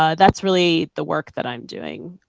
ah that's really the work that i am doing.